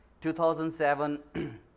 2007